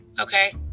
Okay